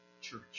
church